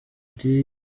ati